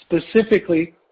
specifically